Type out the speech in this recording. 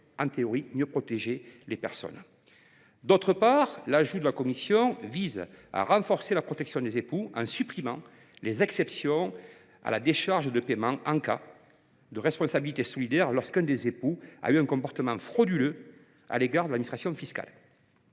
et donc de mieux protéger les personnes. D’autre part, l’ajout de la commission vise à renforcer la protection des époux en supprimant les exceptions à la décharge de paiement en cas de décharge de responsabilité solidaire lorsque l’un des époux a eu un comportement frauduleux à l’égard de l’administration fiscale.